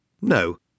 No